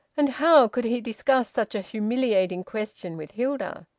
and how could he discuss such a humiliating question with hilda?